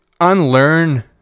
unlearn